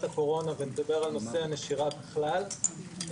הקורונה ונדבר על נושא הנשירה בכלל,